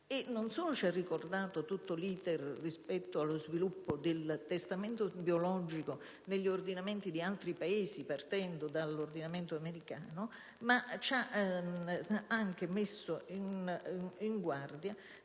Egli ci ha poi ricordato tutto l'*iter* rispetto allo sviluppo del testamento biologico negli ordinamenti del altri Paesi, partendo dall'ordinamento americano, e ci ha anche messo in guardia